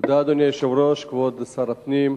אדוני היושב-ראש, תודה, כבוד שר הפנים,